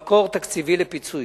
לקביעת מקור תקציבי לפיצוי.